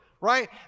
right